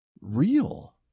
real